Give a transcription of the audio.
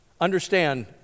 Understand